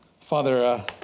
Father